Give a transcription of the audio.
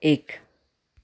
एक